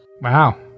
Wow